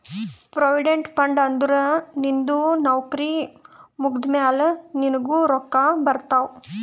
provident fund ಅಂದುರ್ ನಿಂದು ನೌಕರಿ ಮುಗ್ದಮ್ಯಾಲ ನಿನ್ನುಗ್ ರೊಕ್ಕಾ ಬರ್ತಾವ್